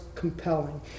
compelling